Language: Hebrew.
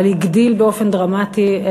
אבל הגדיל באופן דרמטי,